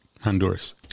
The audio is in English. Honduras